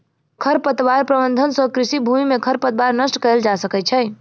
खरपतवार प्रबंधन सँ कृषि भूमि में खरपतवार नष्ट कएल जा सकै छै